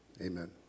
amen